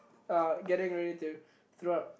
uh getting ready to throw up